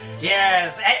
yes